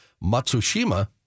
Matsushima